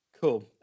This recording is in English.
Cool